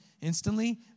instantly